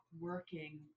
working